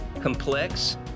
complex